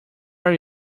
are